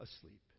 asleep